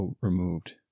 removed